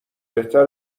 بهتره